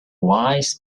wise